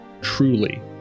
truly